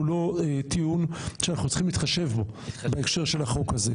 הוא לא טיעון שאנחנו צריכים להתחשב בו בהקשר של החוק הזה.